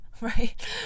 right